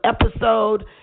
episode